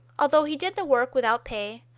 although he did the work without pay,